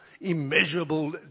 immeasurable